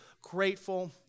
grateful